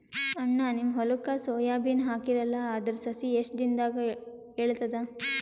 ಅಣ್ಣಾ, ನಿಮ್ಮ ಹೊಲಕ್ಕ ಸೋಯ ಬೀನ ಹಾಕೀರಲಾ, ಅದರ ಸಸಿ ಎಷ್ಟ ದಿಂದಾಗ ಏಳತದ?